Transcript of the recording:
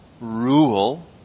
rule